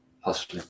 hustling